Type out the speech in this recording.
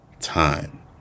time